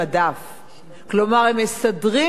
כלומר הם מסדרים את הספרים כך